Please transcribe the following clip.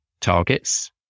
targets